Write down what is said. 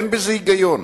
ואין בזה היגיון.